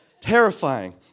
Terrifying